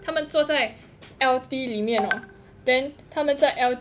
他们坐在 L_T 里面 hor then 他们在 L